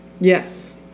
Yes